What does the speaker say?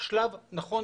נכון,